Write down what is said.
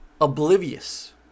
oblivious